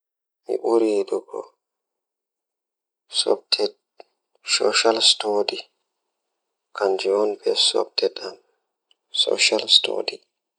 Ndewɗe mi njiddaade e hoore njangol ngal ko ngam ɗum, sabu mi waawde jokkondirde rewɓe ngal e njangol ngal. Miɗo njiddaade ko njangol ngal ngam haɓɓe ngal e mi njiddaade fiyaangu ngal.